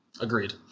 Agreed